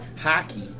hockey